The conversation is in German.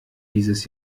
dieses